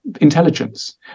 intelligence